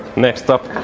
next up